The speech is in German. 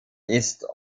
ist